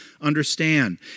understand